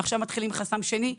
עכשיו מתחילים חסם שני,